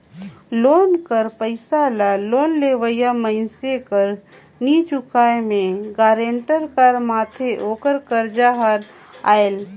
loan कर पइसा ल लोन लेवइया मइनसे कर नी चुकाए में गारंटर कर माथे ओकर करजा हर आएल